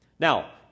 Now